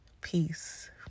peace